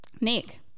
Nick